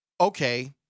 Okay